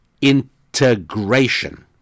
integration